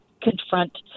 confront